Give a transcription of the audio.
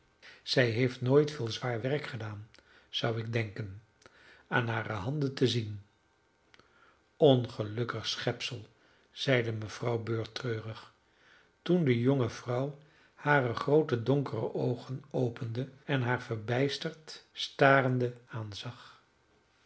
zij heeft nooit veel zwaar werk gedaan zou ik denken aan hare handen te zien ongelukkig schepsel zeide mevrouw bird treurig toen de jonge vrouw hare groote donkere oogen opende en haar verbijsterd starende aanzag